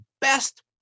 best